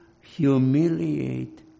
humiliate